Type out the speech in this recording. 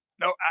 No